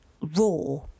Raw